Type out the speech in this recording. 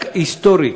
רק היסטורית,